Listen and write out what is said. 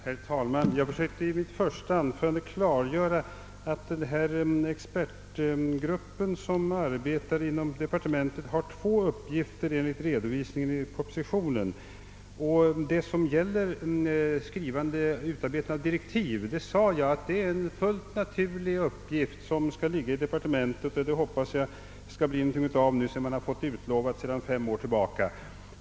Herr talman! Jag försökte i mitt första anförande klargöra, att den expertgrupp som arbetar inom departementet har två uppgifter enligt redovisningen i propositionen. Jag har också sagt att det är fullt naturligt, att utarbetandet av direktiv är en uppgift som skall ligga i departementet. Jag hoppas att det nu verkligen blir någonting av med den saken. Den har varit utlovad sedan fem år tillbaka.